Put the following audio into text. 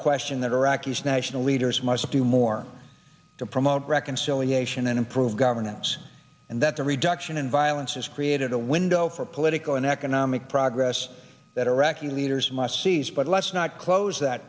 question that iraqis national leaders must do more to promote reconciliation and improve governance and that the reduction in violence has created a window for political and economic progress that iraqi leaders must seize but let's not close that